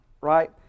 right